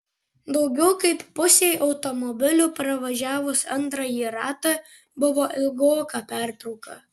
daugiau kaip pusei automobilių pravažiavus antrąjį ratą buvo ilgoka pertrauka